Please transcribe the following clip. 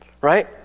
right